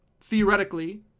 theoretically